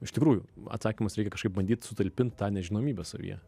iš tikrųjų atsakymas reikia kažkaip bandyt sutalpint tą nežinomybę savyje